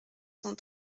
cent